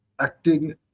acting